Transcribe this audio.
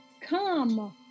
Come